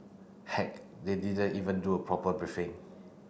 heck they didn't even do a proper briefing